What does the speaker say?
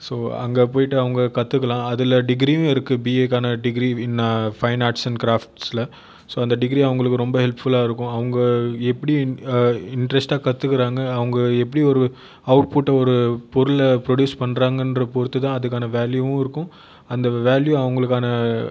so அங்கே போயிட்டு அவங்க கற்றுக்கலாம் அதில் டிகிரியும் இருக்குது பிஏக்கான degree in fine arts and கிராஃப்ட்ஸில் ஸோ அந்த டிகிரி அவங்களுக்கு ரொம்ப ஹெல்ப்ஃபுல்லா இருக்கும் அவங்க எப்படி இன்ட்ரெஸ்ட்டாக கற்றுக்குறாங்க அவங்க எப்டி ஒரு அவுட்புட்டை ஒரு பொருளில் ப்ரொடுயூஸ் பண்ணுறாங்கின்ற பொறுத்து தான் அதுக்கான வேல்யுவும் இருக்கும் அந்த வேல்யு அவங்களுக்கான